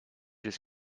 just